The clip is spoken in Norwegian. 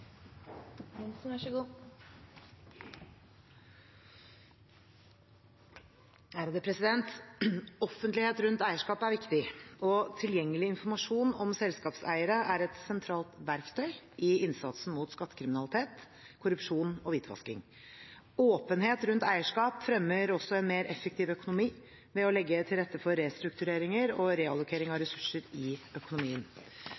viktig. Tilgjengelig informasjon om selskapseiere er et sentralt verktøy i innsatsen mot skattekriminalitet, korrupsjon og hvitvasking. Åpenhet rundt eierskap fremmer også en mer effektiv økonomi, ved å legge til rette for restruktureringer og reallokering av ressurser i økonomien.